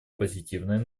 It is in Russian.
позитивной